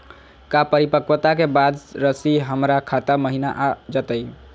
का परिपक्वता के बाद रासी हमर खाता महिना आ जइतई?